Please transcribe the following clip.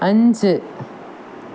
അഞ്ച്